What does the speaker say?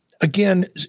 again